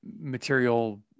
material